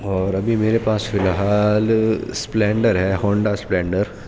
اور ابھی میرے پاس فی الحال اسپلنڈر ہے ہونڈا اسپلنڈر